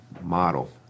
model